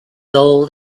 old